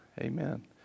Amen